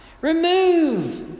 remove